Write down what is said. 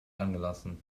angelassen